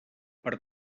per